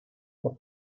por